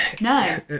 No